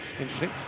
Interesting